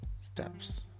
steps